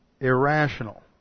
irrational